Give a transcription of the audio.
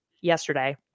yesterday